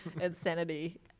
insanity